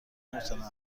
متنوع